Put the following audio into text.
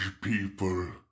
people